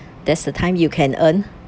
that's the time you can earn